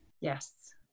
Yes